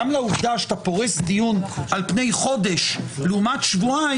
גם לעובדה שאתה פורס דיון על פני חודש לעומת שבועיים,